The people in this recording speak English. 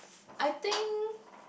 I think